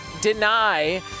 deny